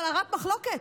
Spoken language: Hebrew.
אבל הרת מחלוקת,